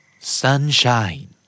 Sunshine